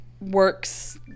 works